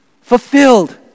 fulfilled